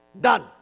done